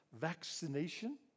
vaccination